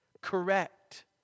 correct